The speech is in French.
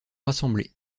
rassemblés